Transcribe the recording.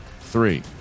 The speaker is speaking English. three